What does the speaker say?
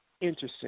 interesting